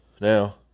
Now